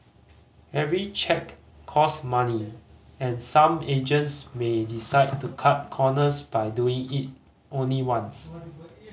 every check cost money and some agents may decide to cut corners by doing it only once